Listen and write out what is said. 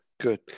good